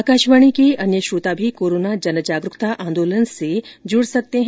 आकाशवाणी के अन्य श्रोता भी कोरोना जनजागरुकता आंदोलन से जुड सकते हैं